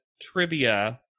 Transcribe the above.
trivia